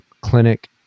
clinic